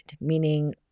meaning